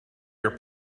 your